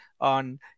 on